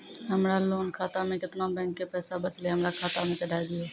हमरा लोन खाता मे केतना बैंक के पैसा बचलै हमरा खाता मे चढ़ाय दिहो?